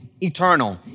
eternal